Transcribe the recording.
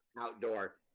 outdoor